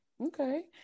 Okay